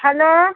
hello